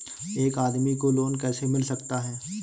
एक आदमी को लोन कैसे मिल सकता है?